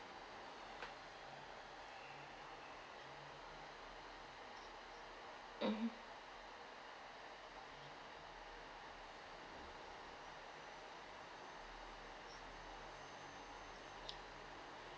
mmhmm